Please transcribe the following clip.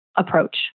Approach